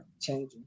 changing